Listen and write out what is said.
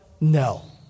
no